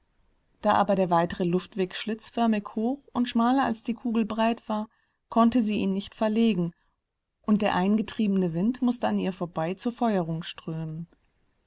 da aber der weitere luftweg schlitzförmig hoch und schmaler als die kugel breit war konnte sie ihn nicht verlegen und der eingetriebene wind mußte an ihr vorbei zur feuerung strömen